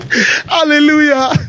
Hallelujah